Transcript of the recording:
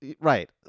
right